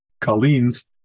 Colleen's